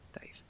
Dave